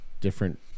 different